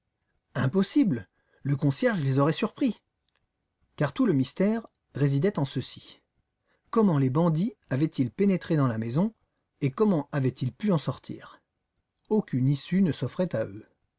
impossible le concierge les aurait surpris car tout le mystère résidait en ceci comment les bandits avaient-ils pénétré dans la maison et comment avaient-ils pu en sortir aucune issue ne s'offrait à eux